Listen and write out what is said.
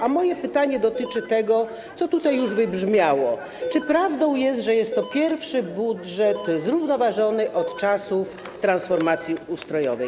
A moje pytanie dotyczy tego, co tutaj już wybrzmiało: Czy prawdą jest, że jest to pierwszy budżet zrównoważony od czasów transformacji ustrojowej?